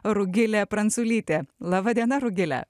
rugilė pranculytė laba diena rugile